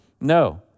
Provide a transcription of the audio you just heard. No